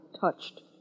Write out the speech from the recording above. touched